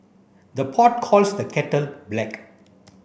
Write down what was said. the pot calls the kettle black